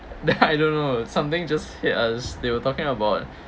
that I don't know something just hit as they were talking about